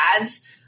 Ads